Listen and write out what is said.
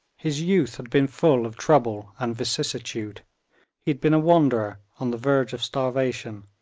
his youth had been full of trouble and vicissitude. he had been a wanderer, on the verge of starvation,